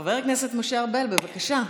חבר הכנסת משה ארבל, בבקשה.